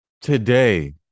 Today